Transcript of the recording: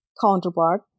counterpart